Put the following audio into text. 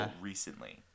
recently